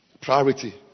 Priority